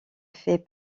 fait